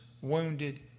wounded